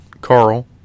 Carl